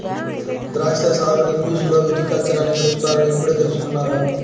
ద్రాక్షా సాగుని ఇంగ్లీషులో విటికల్చర్ అని పిలుస్తారని ఇప్పుడే తెల్సుకున్నాను